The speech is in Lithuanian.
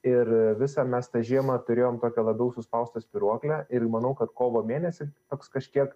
ir visą mes tą žiemą turėjom tokią labiau suspaustą spyruoklę ir manau kad kovo mėnesį toks kažkiek